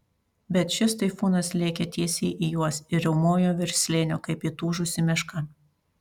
bet šis taifūnas lėkė tiesiai į juos ir riaumojo virš slėnio kaip įtūžusi meška